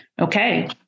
okay